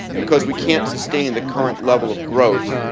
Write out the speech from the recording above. because we can't sustain the current level of growth,